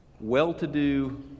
well-to-do